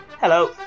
Hello